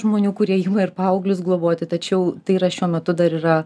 žmonių kurie ima ir paauglius globoti tačiau tai yra šiuo metu dar yra